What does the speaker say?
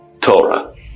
Torah